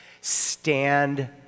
stand